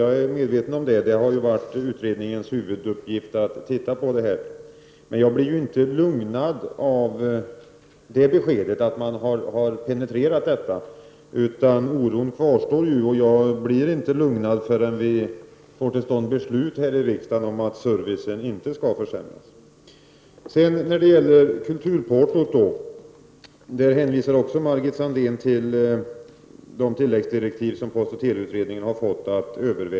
Jag är medveten om att det har varit utredningens huvuduppgift att se på det här, men jag blir inte lugnad av beskedet att man har penetrerat detta, utan oron kvarstår. Jag blir inte lugnad förrän riksdagen fattat beslut om att servicen inte skall försämras. Också när det gäller kulturportot hänvisar Margit Sandéhn till de tilläggsdirektiv som postoch teleutredningen har fått.